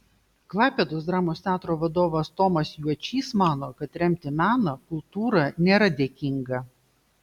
klaipėdos dramos teatro vadovas tomas juočys mano kad remti meną kultūrą nėra dėkinga